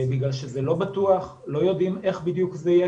כי זה לא בטוח, לא יודעים איך בדיוק זה יהיה.